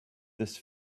this